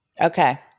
Okay